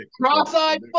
cross-eyed